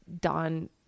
Don